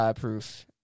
proof